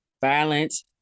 Violence